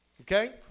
Okay